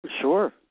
Sure